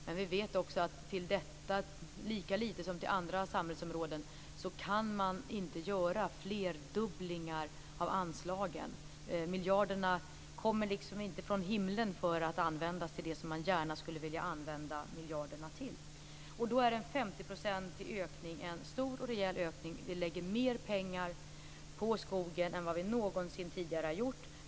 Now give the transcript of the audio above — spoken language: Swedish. Men vi vet också att lika litet som man kan göra flerdubblingar av anslagen till andra samhällsområden kan man göra det till det här området. Miljarderna kommer liksom inte från himlen för att användas till det som man gärna skulle vilja använda dem till. Då är en ökning med 50 % en stor och rejäl ökning. Vi lägger mer pengar på skogen än vad vi någonsin tidigare har gjort.